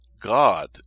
God